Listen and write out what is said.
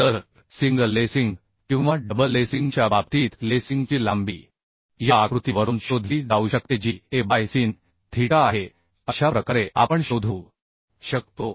तर single lacing किंवा double लेसिंगच्या बाबतीत लेसिंगची लांबी या आकृती वरून शोधली जाऊ शकते जी a बाय sin थीटा आहे अशा प्रकारे आपण शोधू शकतो